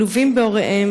מלווים בהוריהם,